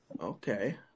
okay